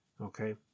Okay